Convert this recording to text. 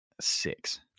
six